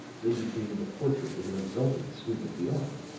indicating the portrait with an exultant sweep of the arm.